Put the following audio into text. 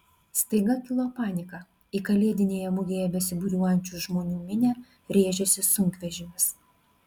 staiga kilo panika į kalėdinėje mugėje besibūriuojančių žmonių minią rėžėsi sunkvežimis